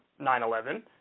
9-11